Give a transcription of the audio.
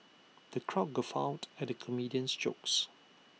the crowd guffawed at the comedian's jokes